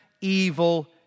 evil